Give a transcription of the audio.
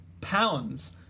pounds